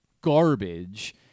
garbage